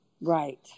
right